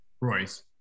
royce